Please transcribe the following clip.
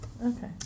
Okay